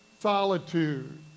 Solitude